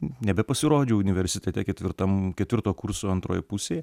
nebepasirodžiau universitete ketvirtam ketvirto kurso antroj pusėj